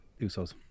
Usos